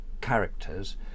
characters